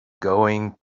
going